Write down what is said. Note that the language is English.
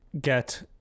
get